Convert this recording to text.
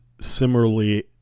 similarly